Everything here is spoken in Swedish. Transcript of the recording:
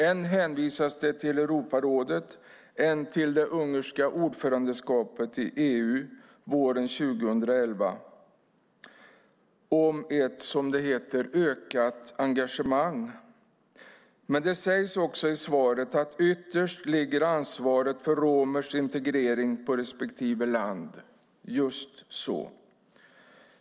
Än hänvisas det till Europarådet, än till det ungerska ordförandeskapet i EU våren 2011 och ett, som det heter, ökat engagemang. Men det sägs också i svaret att ytterst ligger ansvaret för romers integrering på respektive land - just så.